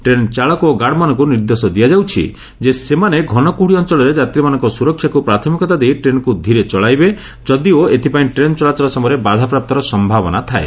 train ଚାଳକ ଓ ଗାର୍ଡ଼ମାନଙ୍କୁ ନିର୍ଦ୍ଦେଶ ଦିଆଯାଉଛି ଯେ ସେମାନେ ଘନକୁହୁଡ଼ି ଅଅଳରେ ଯାତ୍ରୀମାନଙ୍କ ସୁରକ୍ଷାକୁ ପ୍ରାଥମିକତା ଦେଇ ଟ୍ରେନକୁ ଧିରେ ଚଳାଇବେ ଯଦିଓ ଏଥପାଇଁ ଟ୍ରେନ ଚଳାଚଳ ସମୟରେ ବାଧାପ୍ରାପ୍ତର ସ୍ୟାବନା ଥାଏ